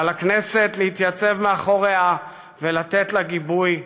ועל הכנסת להתייצב מאחוריה ולתת לה גיבוי,